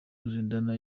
ruzindana